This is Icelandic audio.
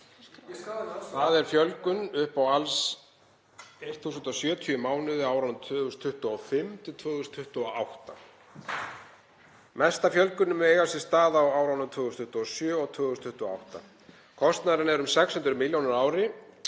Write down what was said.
Það er fjölgun upp á alls 1.070 mánuði á árunum 2025–2028. Mesta fjölgunin mun eiga sér stað á árunum 2027 og 2028. Kostnaðurinn er um 600 milljónir á